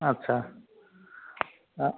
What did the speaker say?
अच्छा अ